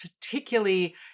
particularly